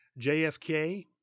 JFK